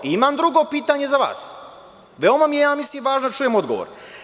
Imam drugo pitanje za vas i veoma mi je važno da čujem odgovor.